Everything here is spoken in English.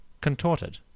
contorted